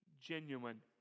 genuine